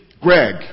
Greg